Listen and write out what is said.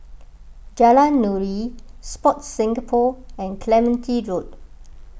Jalan Nuri Sport Singapore and Clementi Road